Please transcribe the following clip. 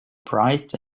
bright